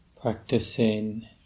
practicing